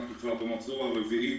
אנחנו כבר במחזור הרביעי